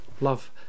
love